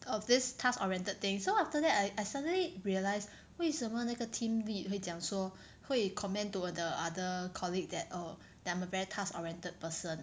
of this task oriented thing so after that I I suddenly realized 为什么那个 team lead 会讲说会 comment to the other colleague that err that I'm a very task oriented person